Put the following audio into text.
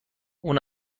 اون